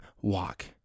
walk